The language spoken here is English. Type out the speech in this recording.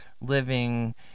living